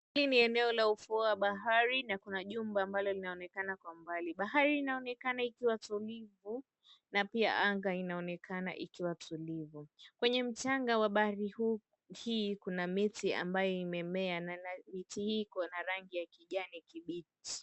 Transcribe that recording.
Hili ni eneo la ufuo wa bahari na kuna jumba ambalo linaonekana kwa mbali, bahari inaonekana ikiwa tulivu na pia anga inaonekana ikiwa tulivu. Kwenye mchanga wa bahari huu hii kuna miti ambayo imemea na miti hii iko na rangi ya kijani kibichi.